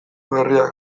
berriak